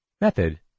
Method